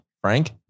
Frank